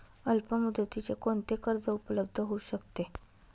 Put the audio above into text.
अल्पमुदतीचे कोणते कर्ज उपलब्ध होऊ शकते?